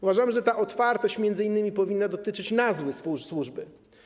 Uważamy, że ta otwartość m.in. powinna dotyczyć nazwy służby.